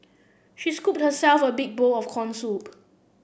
she scooped herself a big bowl of corn soup